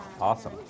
Awesome